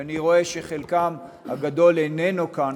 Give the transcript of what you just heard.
שאני רואה שחלקם הגדול איננו כאן,